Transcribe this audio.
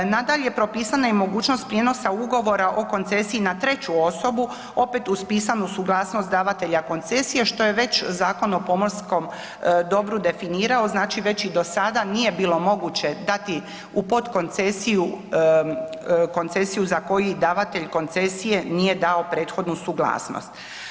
Nadalje, propisana je mogućnost prijenosa ugovora o koncesiji na treću osobu, opet uz pisanu suglasnost davanja koncesije što je već Zakon o pomorskom dobru definirao , znači već i do sada nije bilo moguće dati u potkoncesiju koncesiju za koji davatelj koncesije nije dao prethodnu suglasnost.